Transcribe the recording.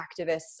activists